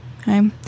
okay